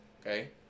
okay